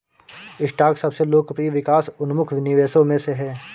stock सबसे लोकप्रिय विकास उन्मुख निवेशों में से है